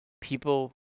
People